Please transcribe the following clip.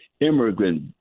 immigrant